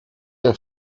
der